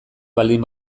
baldin